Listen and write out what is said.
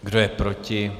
Kdo je proti?